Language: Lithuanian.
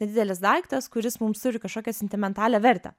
nedidelis daiktas kuris mums turi kažkokią sentimentalią vertę